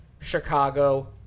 Chicago